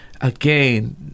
Again